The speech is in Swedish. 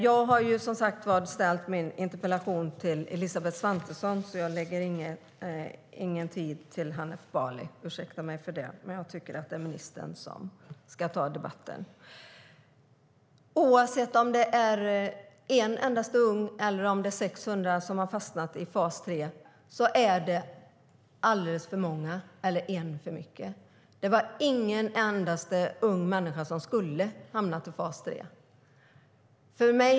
Jag har som sagt ställt min interpellation till Elisabeth Svantesson, så jag lägger ingen tid på Hanif Bali. Ni får ursäkta, men jag tycker att det är ministern som ska ta debatten. Oavsett om det är en enda ung människa eller 600 unga som har fastnat i fas 3 är det en för mycket. Inte en enda ung människa skulle hamna i fas 3.